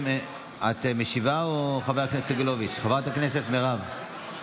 את משיבה או חבר הכנסת סגלוביץ', חברת הכנסת מירב?